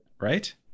Right